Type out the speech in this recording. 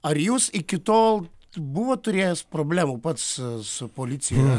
ar jūs iki tol buvot turėjęs problemų pats su policija